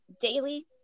daily